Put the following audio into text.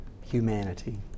humanity